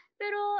pero